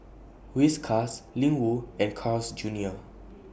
Whiskas Ling Wu and Carl's Junior